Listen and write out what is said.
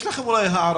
יש לכם הערכה,